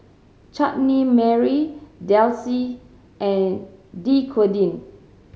Chutney Mary Delsey and Dequadin